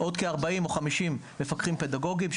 עוד כ-40 או 50 מפקחים פדגוגיים,